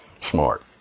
smart